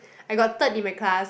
I got third in my class